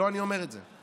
לא אני אומר את זה.